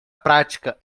prática